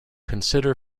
consider